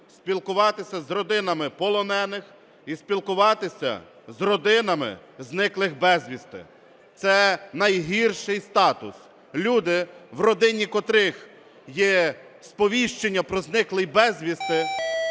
спілкуватися з родинами полонених і спілкуватися з родинами зниклих безвісти. Це найгірший статус. Люди, в родині котрих є сповіщення про зниклий безвісти,